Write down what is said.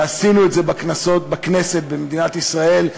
ועשינו את זה בכנסת במדינת ישראל.